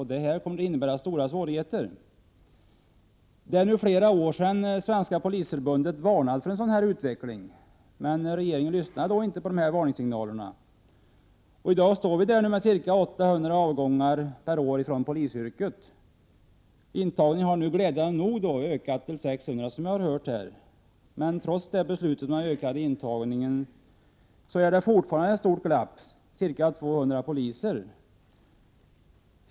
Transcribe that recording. Det kommer att innebära stora svårigheter. Det är nu flera år sedan Svenska Polisförbundet varnade för denna utveckling. Men regeringen lyssnade inte på varningssignalerna. I dag står vi = Prot. 1988/89:103 med ca 800 avgångar per år från polisyrket. Intagningen av aspiranter har 25 april 1989 glädjande nog ökat till 600. Men trots beslutet om ökad intagning finns det fortfarande ett stort glapp på ca 200 poliser.